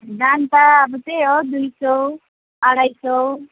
दाम त अब त्यही हो दुई सय अढाई सय